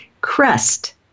Crest